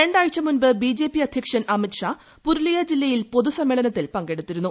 രണ്ടാഴ്ച മുൻപ് ബിജെപി അദ്ധ്യക്ഷൻ അമിത്ഷാ പുരുലിയ ജില്ലയിൽ പൊതുസമ്മേളനത്തിൽ പങ്കെടുത്തിരുന്നു